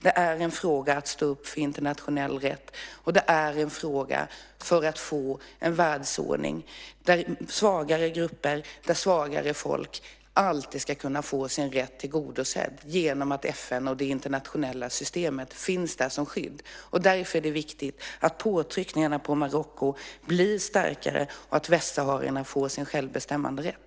Det är en fråga om att stå upp för internationell rätt, och det är en fråga för att få en världsordning där svagare grupper, svagare folk alltid ska kunna få sin rätt tillgodosedd genom att FN och det internationella systemet finns där som skydd. Därför är det viktigt att påtryckningarna på Marocko blir starkare och att västsaharierna får sin självbestämmanderätt.